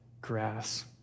grass